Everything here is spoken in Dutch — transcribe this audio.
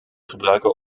gebruiken